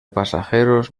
pasajeros